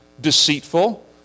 deceitful